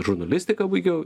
žurnalistiką baigiau